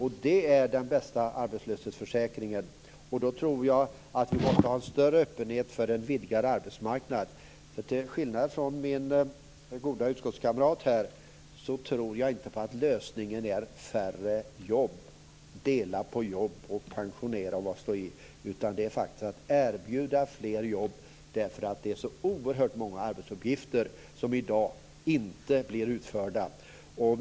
Det är den bästa arbetslöshetsförsäkringen. Och då tror jag att vi måste ha en större öppenhet för en vidgad arbetsmarknad. Till skillnad från min goda utskottskamrat tror jag inte att lösningen är färre jobb, delade jobb och pensioneringar. Lösningen är faktiskt att erbjuda fler jobb. Det är så oerhört många arbetsuppgifter som inte blir utförda i dag.